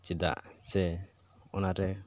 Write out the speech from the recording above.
ᱪᱮᱫᱟᱜ ᱥᱮ ᱚᱱᱟᱨᱮ